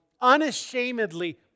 Unashamedly